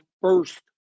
first